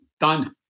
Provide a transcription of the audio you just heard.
done